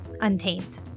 Untamed